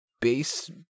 base